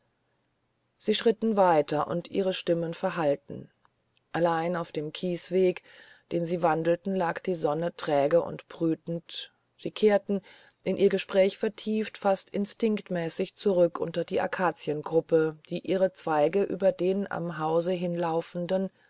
sie schritten weiter und ihre stimmen verhallten allein auf dem kieswege den sie wandelten lag die sonne träge und brütend sie kehrten in ihr gespräch vertieft fast instinktmäßig zurück unter die akaziengruppe die ihre zweige über den am hause hinlaufenden